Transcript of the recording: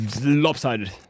lopsided